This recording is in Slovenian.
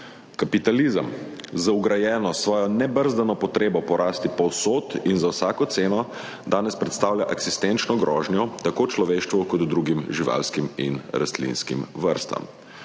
Kapitalizem z vgrajeno svojo nebrzdano potrebo po rasti povsod in za vsako ceno danes predstavlja eksistenčno grožnjo tako človeštvu kot drugim živalskim in rastlinskim vrstam.